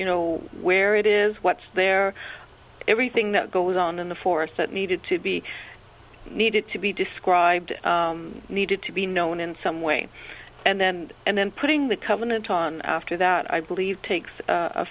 you know where it is what's there everything that goes on in the forests that needed to be needed to be described needed to be known in some way and then and then putting the covenant on after that i believe takes